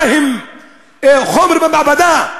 מה, הם חומר במעבדה?